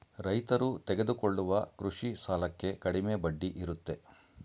ರೈತರು ತೆಗೆದುಕೊಳ್ಳುವ ಕೃಷಿ ಸಾಲಕ್ಕೆ ಕಡಿಮೆ ಬಡ್ಡಿ ಇರುತ್ತೆ